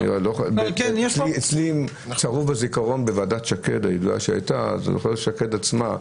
אצלי צרוב בזיכרון בוועדת שקד, הצבא שולח פקס.